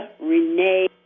Renee